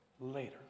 later